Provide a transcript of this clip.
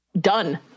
done